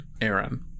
Aaron